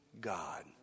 God